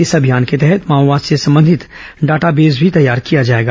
इस अभियान के तहत माओवाद से संबंधित डाटाबेस भी तैयार किया जाएगा